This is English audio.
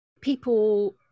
people